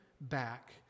back